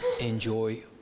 enjoy